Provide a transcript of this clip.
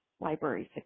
libraries